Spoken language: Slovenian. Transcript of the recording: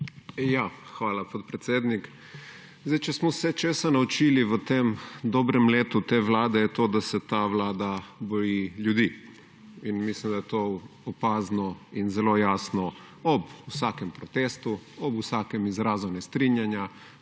Hvala, podpredsednik. Zdaj, če smo se česa naučili v tem dobrem letu te vlade je to, da ste ta vlada boji ljudi in mislim, da je to opazno in zelo jasno ob vsakem protestu, ob vsakem izrazu nestrinjanja,